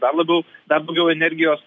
dar labiau dar daugiau energijos